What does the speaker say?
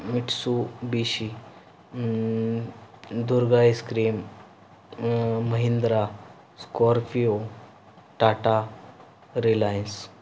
Mitsubishi Durga ice cream Mahindra Scorpio Tata Reliance